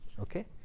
Okay